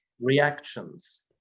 reactions